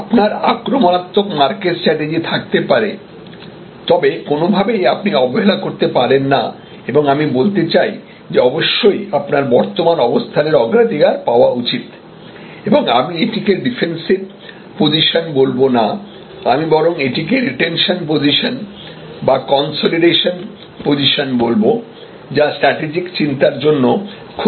আপনার আক্রমণাত্মক market strategy থাকতে পারে তবে কোনওভাবেই আপনি অবহেলা করতে পারেন না এবং আমি বলতে চাই যে অবশ্যই আপনার বর্তমান অবস্থানের অগ্রাধিকার পাওয়া উচিত এবং আমি এটিকে ডিফেন্সিভ পজিশন বলব না আমি বরং এটিকে রিটেনশন পজিশন কনসলিডেশন পজিশন বলব যা স্ট্র্যাটেজিক চিন্তার জন্য খুব গুরুত্বপূর্ণ